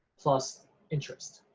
plus interest.